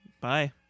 Bye